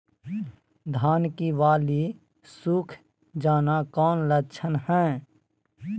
धान की बाली सुख जाना कौन लक्षण हैं?